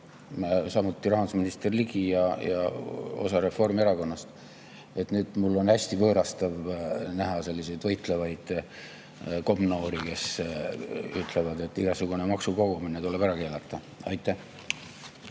samuti rahandusminister Ligi ja osa Reformierakonnast. Nüüd mul on hästi võõrastav näha selliseid võitlevaid komnoori, kes ütlevad, et igasugune maksukogumine tuleb ära keelata. Aitäh!